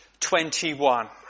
21